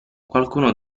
qualcuno